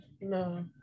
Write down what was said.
no